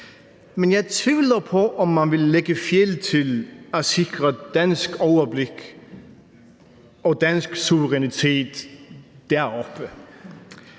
Men jeg tvivler på, at man vil lægge fjeld til at sikre dansk overblik og dansk suverænitet deroppe.